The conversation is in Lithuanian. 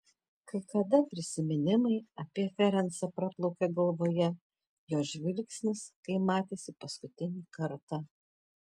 kai kada prisiminimai apie ferencą praplaukia galvoje jo žvilgsnis kai matėsi paskutinį kartą